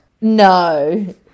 no